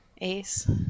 ace